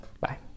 Bye